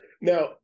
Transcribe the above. now